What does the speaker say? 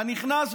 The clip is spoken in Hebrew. אתה נכנס,